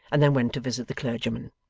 and then went to visit the clergyman.